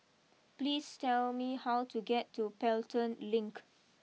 please tell me how to get to Pelton Link